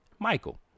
michael